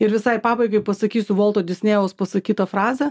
ir visai pabaigai pasakysiu volto disnėjaus pasakytą frazę